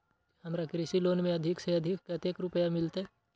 हमरा कृषि लोन में अधिक से अधिक कतेक रुपया मिलते?